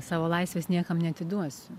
savo laisvės niekam neatiduosiu